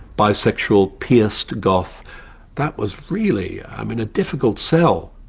bisexual, pierced goth that was really i mean a difficult sell.